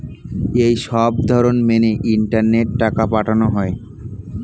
এই সবধরণ মেনে ইন্টারনেটে টাকা পাঠানো হয়